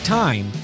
time